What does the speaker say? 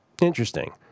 Interesting